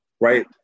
right